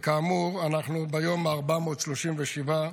וכאמור, אנחנו ביום ה-437,